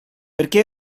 perché